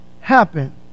happen